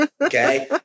Okay